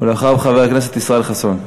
ואחריו, חבר הכנסת ישראל חסון.